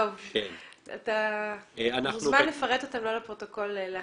אתה מוזמן לפרט אחר כך לא לפרוטוקול.